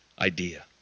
idea